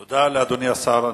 תודה, אדוני השר.